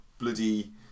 bloody